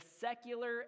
secular